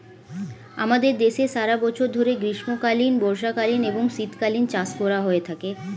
আমাদের দেশে সারা বছর ধরে গ্রীষ্মকালীন, বর্ষাকালীন এবং শীতকালীন চাষ করা হয়ে থাকে